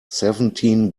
seventeen